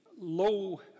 Low